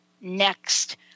next